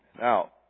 Now